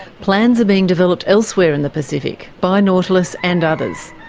plans are being developed elsewhere in the pacific, by nautilus and others.